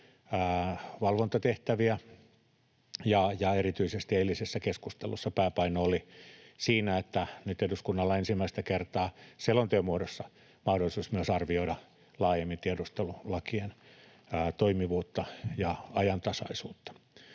valvontatehtäviä, ja erityisesti eilisessä keskustelussa pääpaino oli siinä, että nyt eduskunnalla on ensimmäistä kertaa selonteon muodossa mahdollisuus arvioida laajemmin tiedustelulakien toimivuutta ja ajantasaisuutta.